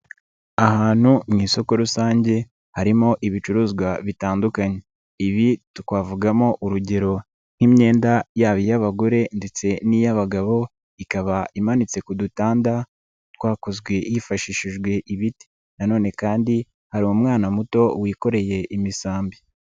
Ahantu mu isoko rusange harimo ibicuruzwa bitandukanye, ibi twavugamo urugero nk'imyenda yaba iy'abagore ndetse n'iy'abagabo ikaba imanitse ku dutanda twakozwe hifashishijwe ibiti, na none kandi hari umwana muto wikoreye imisambi.